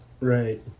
Right